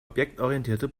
objektorientierte